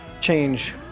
change